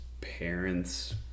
parents